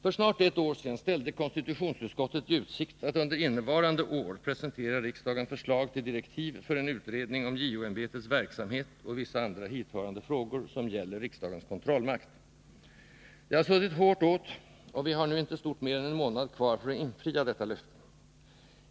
För snart ett år sedan ställde konstitutionsutskottet i utsikt att under innevarande år presentera riksdagen förslag till direktiv för en utredning om JO-ämbetets verksamhet och vissa andra hithörande frågor, som gäller riksdagens kontrollmakt. Det har suttit hårt åt, och vi har nu inte stort mer än en månad kvar för att infria detta löfte.